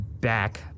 back